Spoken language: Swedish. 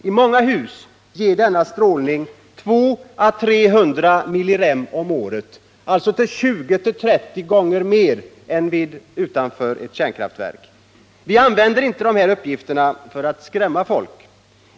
I många hus ger denna strålning 200 å 300 millirem om året, alltså 20-30 gånger kraftigare strålning än utanför ett kärnkraftverk. Vi använder inte dessa uppgifter för att skrämma folk.